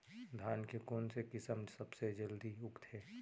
धान के कोन से किसम सबसे जलदी उगथे?